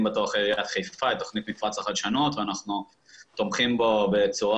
בתור אחרי עיריית חיפה את תכנית מפרץ החדשנות ואנחנו תומכים בה בצורה